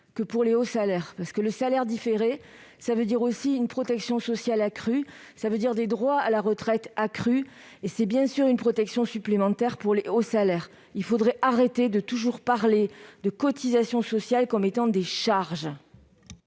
que pour les hauts salaires. Le salaire différé signifie aussi une protection sociale et des droits à la retraite accrus. C'est également une protection supplémentaire pour les hauts salaires. Il faudrait cesser de toujours parler des cotisations sociales comme étant des charges.